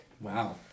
Wow